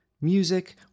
music